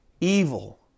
evil